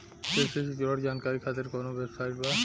कृषि से जुड़ल जानकारी खातिर कोवन वेबसाइट बा?